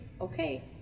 okay